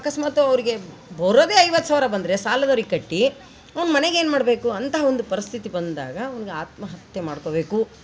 ಅಕಸ್ಮಾತ್ ಅವರಿಗೆ ಬರೋದೇ ಐವತ್ತು ಸಾವಿರ ಬಂದರೆ ಸಾಲದವ್ರಿಗೆ ಕಟ್ಟಿ ಅವ್ನು ಮನೆಗೆ ಏನು ಮಾಡಬೇಕು ಅಂತಹ ಒಂದು ಪರಿಸ್ಥಿತಿ ಬಂದಾಗ ಅವ್ನಿಗೆ ಆತ್ಮಹತ್ಯೆ ಮಾಡಿಕೋಬೇಕು